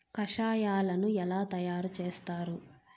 కషాయాలను ఎలా తయారు చేస్తారు?